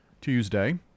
tuesday